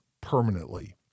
permanently